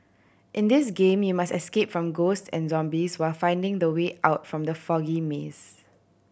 in this game you must escape from ghost and zombies while finding the way out from the foggy maze